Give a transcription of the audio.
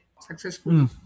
successfully